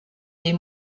des